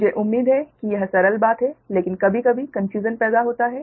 मुझे उम्मीद है कि यह सरल बात है लेकिन कभी कभी भ्रम पैदा होता है